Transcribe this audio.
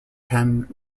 ken